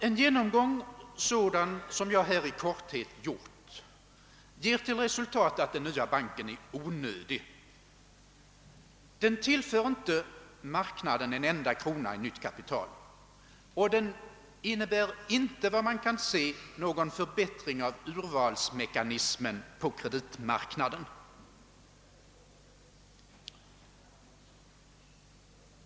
En genomgång sådan som jag här i korthet gjort ger till resultat att den nya banken är onödig. Den tillför inte marknaden en enda krona av nytt kapital, och det kan inte visas att den innebär någon förbättring av urvalsmekanismen på kreditmarknaden.